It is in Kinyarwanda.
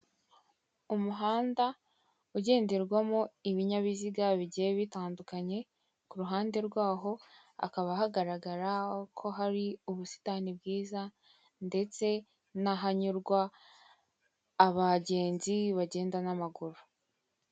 Umuhanda ugenderwamo ibinyabiziga bigiye bitandukanye, ku ruhande rwaho hakaba hagaragara ko hari ubusitani bwiza, ndetse n'ahanyurwa abagenzi bagenda n'amaguru.